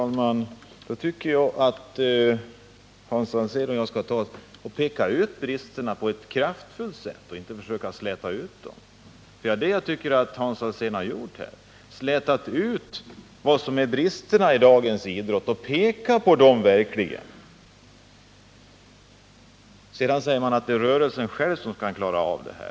Herr talman! Då tycker jag att Hans Alsén och jag på ett kraftfullt sätt skall peka på bristerna. Vi får inte släta ut dem. Det är vad jag tycker att Hans Alsén här har gjort. Hans Alsén säger att rörelsen själv skall klara av problemen.